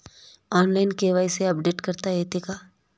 Online KYC update करता येते का?